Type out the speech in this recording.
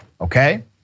Okay